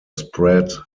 spread